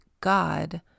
God